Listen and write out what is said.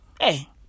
Hey